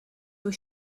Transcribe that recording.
your